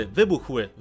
wybuchły